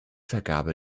vergabe